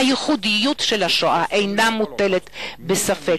הייחודיות של השואה אינה מוטלת בספק.